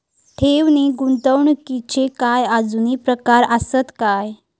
ठेव नी गुंतवणूकचे काय आजुन प्रकार आसत काय?